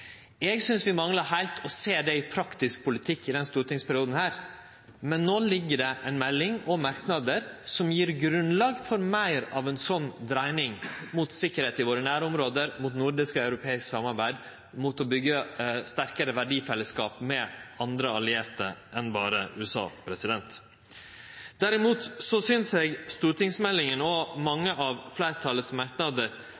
Eg synest vi manglar heilt å sjå det i praktisk politikk i denne stortingsperioden, men no har vi ei melding og merknader som gjev grunnlag for meir av ei sånn dreiing – mot sikkerheit i nærområda våre, mot nordisk og europeisk samarbeid, mot å byggje ein sterkare verdifellesskap med andre allierte enn berre USA. Derimot synest eg stortingsmeldinga og